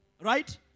right